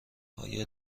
آیا